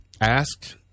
asked